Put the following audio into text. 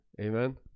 Amen